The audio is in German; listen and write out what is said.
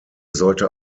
sollte